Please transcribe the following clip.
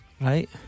Right